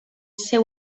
seu